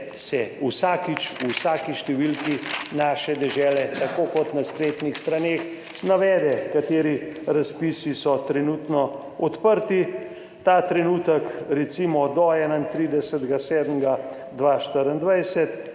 se vsakič v vsaki številki Naše dežele, tako kot na spletnih straneh navede, kateri razpisi so trenutno odprti. Ta trenutek recimo do 31. 7.